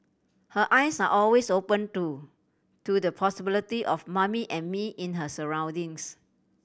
her eyes are always open too to the possibility of Mummy and Me in her surroundings